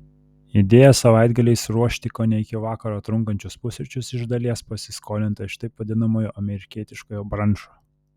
idėja savaitgaliais ruošti kone iki vakaro trunkančius pusryčius iš dalies pasiskolinta iš taip vadinamojo amerikietiškojo brančo